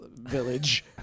village